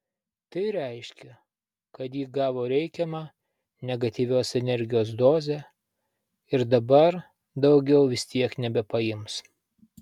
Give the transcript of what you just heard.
tai reiškia kad ji gavo reikiamą negatyvios energijos dozę ir dabar daugiau vis tiek nebepaims